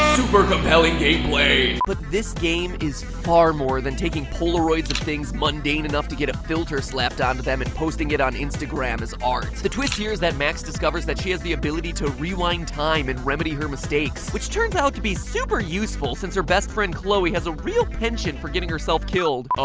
compelling gameplay but this game is far more than taking polaroids of things mundane enough to get a filter slapped onto them and posting it on instagram as art the twist here is that max discovers that she has the ability to rewind time and remedy her mistakes which turns out to be super useful since her best friend, chloe, has a real penchant for getting herself killed